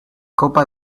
copa